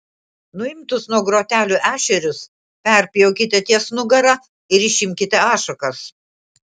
nuimtus nuo grotelių ešerius perpjaukite ties nugara ir išimkite ašakas